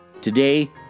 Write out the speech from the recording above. Today